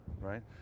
Right